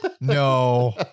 no